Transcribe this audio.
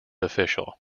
official